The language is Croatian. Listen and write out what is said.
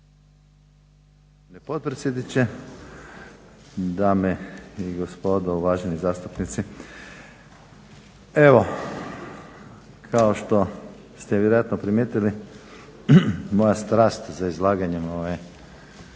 potpredsjedniče, dame i gospodo uvaženi zastupnici. Evo kao što ste vjerojatno primijetili moja strast za izlaganjem